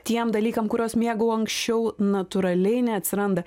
tiem dalykam kuriuos mėgau anksčiau natūraliai neatsiranda